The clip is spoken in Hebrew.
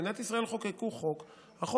במדינת ישראל חוקקו את חוק החמץ.